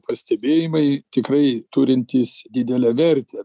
pastebėjimai tikrai turintys didelę vertę